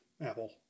Apple